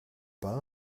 pas